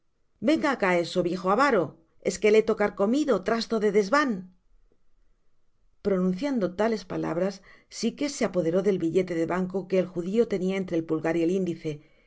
venga acá eso viejo avaro esqueletocarcomido trasto de desván pronunciando tales palabras sikes se apoderó del billete de banco que el judio tenia entre él pulgar y el índice